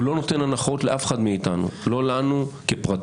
הוא לא נותן הנחות לאף אחד מאיתנו, לא לנו כפרטים,